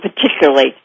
particularly